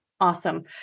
Awesome